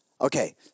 okay